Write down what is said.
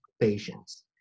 patients